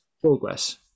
progress